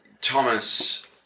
Thomas